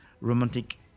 Romantic